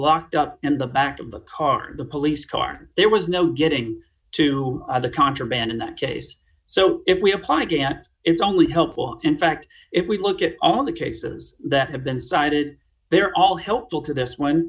locked up in the back of the car the police car there was no getting to the contraband in that case so well if we apply again it's only helpful in fact if we look at all the cases that have been cited there are all helpful to this one